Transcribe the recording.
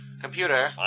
Computer